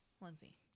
Lindsay